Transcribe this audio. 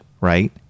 right